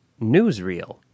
newsreel